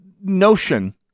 notion